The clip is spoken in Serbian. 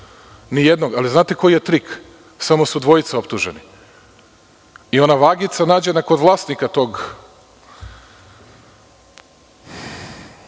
Ni jednog. Ali, znate koji je trik? Samo su dvojica optuženi. Ona vagica je nađena kod vlasnika tog